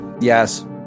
yes